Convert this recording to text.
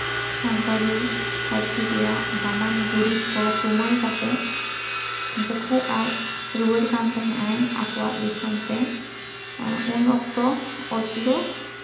ᱥᱟᱱᱛᱟᱲᱤ ᱯᱟᱹᱨᱥᱤ ᱨᱮᱭᱟᱜ ᱫᱟᱢᱟᱱ ᱫᱩᱨᱤᱵᱽ ᱠᱚ ᱛᱩᱢᱟᱹᱞ ᱠᱟᱛᱮᱜ ᱡᱚᱠᱷᱚᱡ ᱟᱡ ᱨᱩᱣᱟᱹᱲ ᱠᱟᱱ ᱛᱟᱦᱮᱸᱜ ᱟᱭ ᱟᱠᱚᱣᱟᱜ ᱫᱤᱥᱚᱢᱛᱮ ᱩᱱ ᱚᱠᱛᱚ ᱚᱥᱞᱳ